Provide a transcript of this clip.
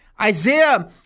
Isaiah